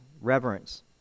reverence